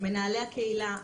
מנהלי הקהילה,